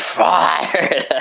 fired